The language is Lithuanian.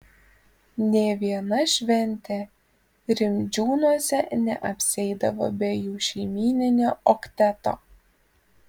nė viena šventė rimdžiūnuose neapsieidavo be jų šeimyninio okteto